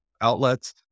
outlets